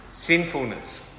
Sinfulness